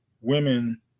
women